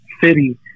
City